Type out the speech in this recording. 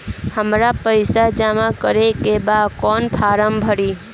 हमरा पइसा जमा करेके बा कवन फारम भरी?